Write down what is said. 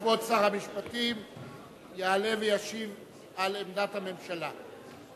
כבוד שר המשפטים יעלה וישיב את עמדת הממשלה.